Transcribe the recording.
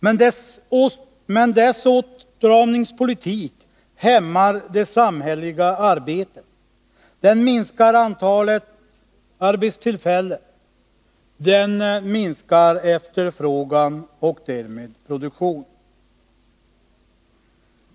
Men dess åtstramningspolitik hämmar det samhälleliga arbetet, den minskar antalet arbetstillfällen, den minskar efterfrågan och därmed produktionen.